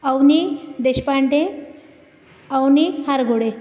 Avni Deshpande Avni Hargode